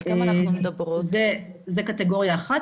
זו קטגוריה אחת.